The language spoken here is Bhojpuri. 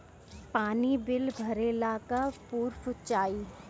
पानी बिल भरे ला का पुर्फ चाई?